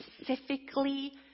specifically